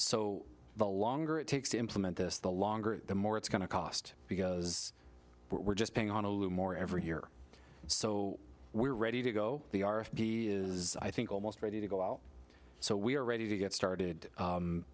so the longer it takes to implement this the longer the more it's going to cost because we're just paying on a little more every year so we're ready to go the r is i think almost ready to go so we're ready to get started